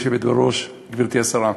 גברתי היושבת-ראש, גברתי השרה,